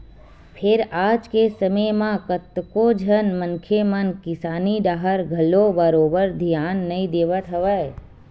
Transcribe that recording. फेर आज के समे म कतको झन मनखे मन किसानी डाहर घलो बरोबर धियान नइ देवत हवय